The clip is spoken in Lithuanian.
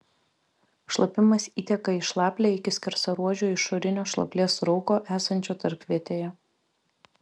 šlapimas įteka į šlaplę iki skersaruožio išorinio šlaplės rauko esančio tarpvietėje